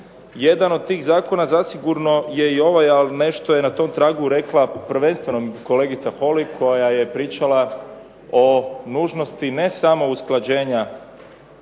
Jedan od tih zakona zasigurno je i ovaj, a nešto je na tom tragu rekla prvenstveno kolegica Holy koja je pričala o nužnosti ne samo usklađenja